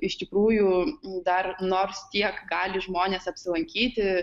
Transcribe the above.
iš tikrųjų dar nors tiek gali žmonės apsilankyti